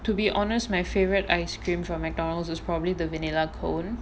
to be honest my favourite ice cream from McDonald's is probably the vanilla cone